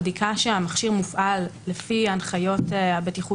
הבדיקה שהמכשיר מופעל לפי הנחיות הבטיחות